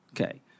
Okay